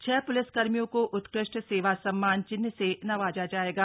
छह लिसकर्मियों को उत्कृष्ट सेवा सम्मान चिन्ह से नवाजा जाएगा